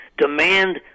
Demand